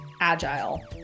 agile